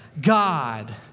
God